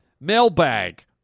mailbag